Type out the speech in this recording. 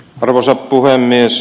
arvoisa puhemies